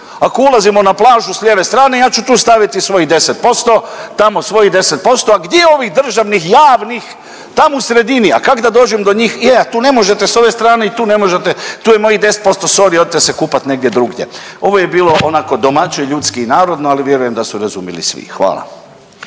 Ako ulazimo na plažu sa lijeve strane ja ću tu staviti svojih 10%, tamo svojih 10% a gdje ovih državnih javnih tamo u sredini. A kak' da dođem do njih? Je tu ne možete sa ove strane i tu ne možete, tu je mojih 10%, sorry odite se kupati negdje drugdje. Ovo je bilo onako domaće, ljudski i narodno, ali vjerujem da su razumjeli svi. Hvala.